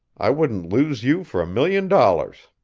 i wouldn't lose you for a million dollars.